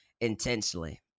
intensely